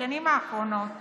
בשנים האחרונות